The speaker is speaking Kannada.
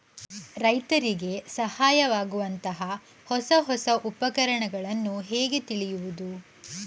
ರೈತರಿಗೆ ಸಹಾಯವಾಗುವಂತಹ ಹೊಸ ಹೊಸ ಉಪಕರಣಗಳನ್ನು ಹೇಗೆ ತಿಳಿಯುವುದು?